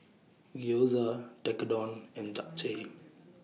Gyoza Tekkadon and Japchae